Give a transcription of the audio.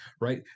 right